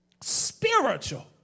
spiritual